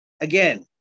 again